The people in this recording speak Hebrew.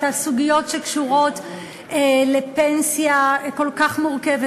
את הסוגיות שקשורות לפנסיה כל כך מורכבת.